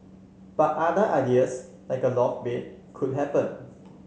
but other ideas like a loft bed could happen